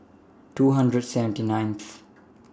two hundred seventy ninth